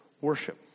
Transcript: worship